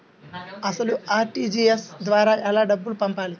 అసలు అర్.టీ.జీ.ఎస్ ద్వారా ఎలా డబ్బులు పంపాలి?